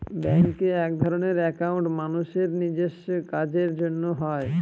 ব্যাঙ্কে একধরনের একাউন্ট মানুষের নিজেস্ব কাজের জন্য হয়